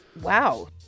Wow